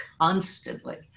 constantly